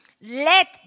let